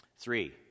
Three